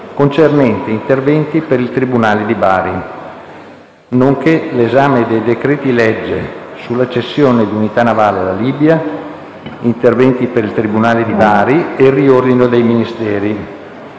concernente interventi per il tribunale di Bari, nonché l'esame dei decreti-legge sulla cessione di unità navali alla Libia, interventi per il tribunale di Bari e riordino dei Ministeri.